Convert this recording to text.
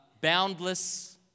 Boundless